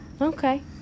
Okay